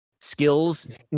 Skills